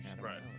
right